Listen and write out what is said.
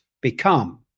become